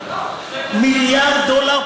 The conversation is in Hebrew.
מיליארד דולר,